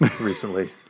recently